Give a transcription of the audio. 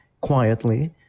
quietly